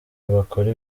bakora